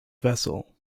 vessel